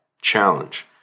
challenge